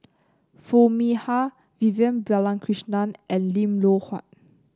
Foo Mee Har Vivian Balakrishnan and Lim Loh Huat